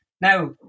Now